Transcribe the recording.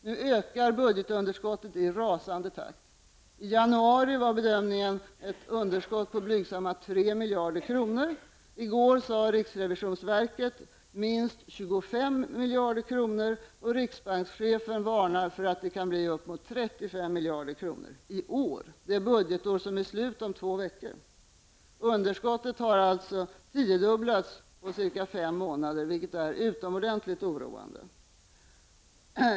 Nu ökar budgetunderskottet i rasande takt. I januari var bedömningen ett underskott på blygsamma 3 miljarder kronor. I går sade riksrevisionsverket att det låg på minst 25 miljarder, och riksbanskchefen varnar för att det i år, det budgetår som är slut om två veckor, kan bli upp emot 35 miljarder kronor. Underskottet har alltså tiodubblats på cirka fem månader, vilket är utomordentligt oroande.